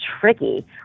tricky